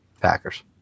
Packers